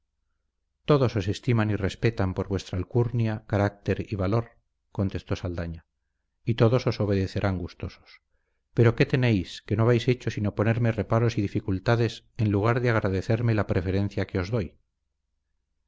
todos os estiman y respetan por vuestra alcurnia carácter y valor contestó saldaña y todos os obedecerán gustosos pero qué tenéis que no habéis hecho sino ponerme reparos y dificultades en lugar de agradecerme la preferencia que os doy